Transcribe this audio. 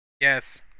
Yes